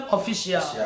Official